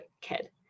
kid